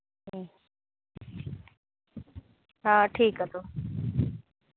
ᱦᱮᱸ ᱴᱷᱤᱠ ᱜᱮᱭᱟ ᱛᱚ